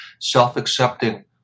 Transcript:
self-accepting